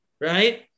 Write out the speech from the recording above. Right